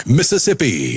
Mississippi